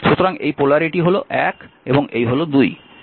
সুতরাং এই পোলারিটি হল 1 এবং এই হল 2